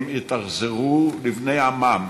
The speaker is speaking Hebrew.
הם התאכזרו לבני עמם